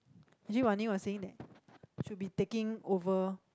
actually Wan-Ning was saying that she will be taking over